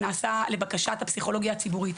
שנעשה לבקשת הפסיכולוגיה הציבורית,